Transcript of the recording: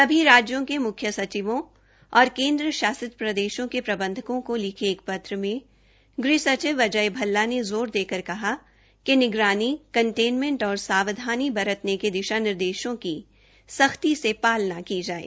सभी राज्यों के मुख्य सचिवों और केन्द्र शासित प्रदेषों के प्रबंधकों को लिखे एक पत्र में गृह सचिव अजय भल्ला ने जोर देकर कहा कि निगरानी कंटेनमेंट और सावधानी बरतने के दिषा निर्देषों की सख्ती से पालना की जाये